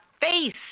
face